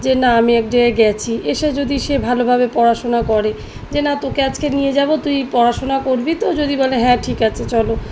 যে না আমি এক জাগায় গেছি এসে যদি সে ভালোভাবে পড়াশোনা করে যে না তোকে আজকে নিয়ে যাব তুই পড়াশোনা করবি তো যদি বলে হ্যাঁ ঠিক আছে চলো